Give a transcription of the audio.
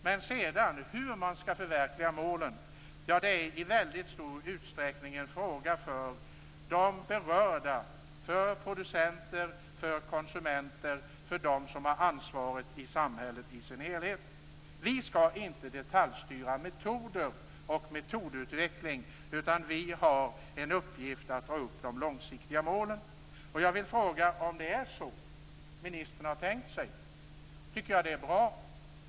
Hur man sedan skall förverkliga målen är i väldigt stor utsträckning en fråga för de berörda, för producenter, konsumenter och för dem som har ansvaret i samhället i sin helhet. Vi skall inte detaljstyra metoder och metodutveckling, utan vi har till uppgift att dra upp de långsiktiga målen. Jag vill fråga om det är så miljöministern har tänkt sig. I så fall tycker jag att det är bra.